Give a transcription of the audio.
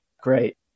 great